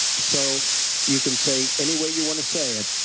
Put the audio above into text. so you can say any way you want to say it,